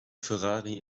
ferrari